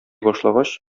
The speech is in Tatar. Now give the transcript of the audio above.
башлагач